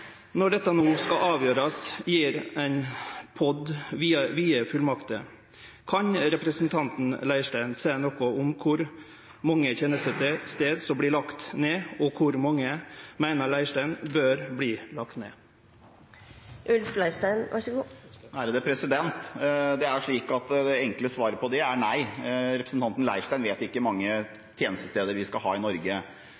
Når dette no skal avgjerast, gjev ein POD vide fullmakter. Kan representanten Leirstein seie noko om kor mange tenestestader som blir lagde ned? Og kor mange meiner Leirstein bør bli lagde ned? Det enkle svaret på det er nei, representanten Leirstein vet ikke hvor mange